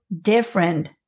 different